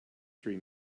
three